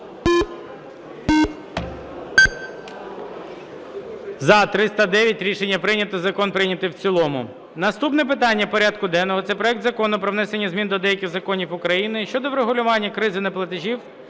За-309 Рішення прийнято. Закон прийнятий в цілому. Наступне питання порядку денного – це проект Закону про внесення змін до деяких законів України (щодо врегулювання кризи неплатежів